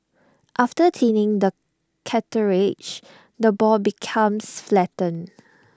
after thinning the cartilage the ball becomes flattened